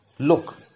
Look